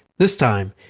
this time,